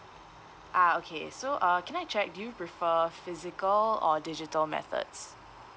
ah okay so uh can I check do you prefer physical or digital methods